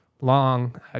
long